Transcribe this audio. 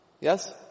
Yes